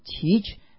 teach